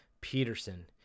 Peterson